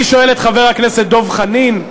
אני שואל את חבר הכנסת דב חנין,